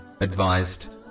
advised